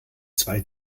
zwei